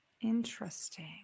Interesting